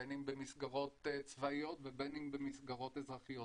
בין אם במסגרות צבאיות ובין אם במסגרות אזרחיות.